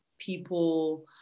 people